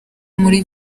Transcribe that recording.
muri